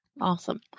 Awesome